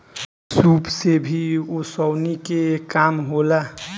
सूप से भी ओसौनी के काम होला